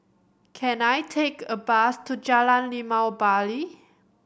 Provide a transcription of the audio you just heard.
can I take a bus to Jalan Limau Bali